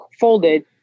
folded